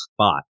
spot